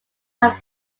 have